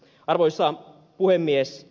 arvoisa puhemies